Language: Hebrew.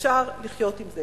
אפשר לחיות עם זה,